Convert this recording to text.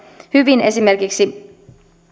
hyvin esimerkiksi